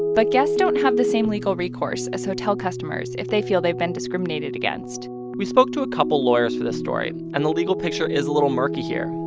but guests don't have the same legal recourse as hotel customers if they feel they've been discriminated against we spoke to a couple lawyers for this story, and the legal picture is a little murky here.